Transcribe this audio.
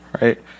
right